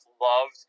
loved –